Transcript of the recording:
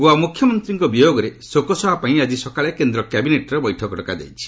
ଗୋଆ ମୁଖ୍ୟମନ୍ତ୍ରୀଙ୍କ ବିୟୋଗରେ ଶୋକସଭା ପାଇଁ ଆଜି ସକାଳେ କେନ୍ଦ୍ କ୍ୟାବିନେଟ୍ର ବୈଠକ ଡକାଯାଇଛି